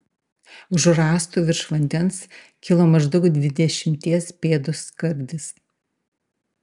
už rąstų virš vandens kilo maždaug dvidešimties pėdų skardis